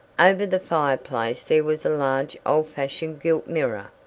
over the fireplace there was a large old-fashioned gilt mirror.